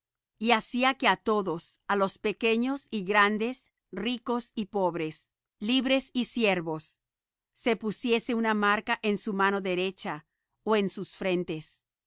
y hacía que á todos á los pequeños y grandes ricos y pobres libres y siervos se pusiese una marca en su mano derecha ó en sus frentes